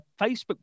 Facebook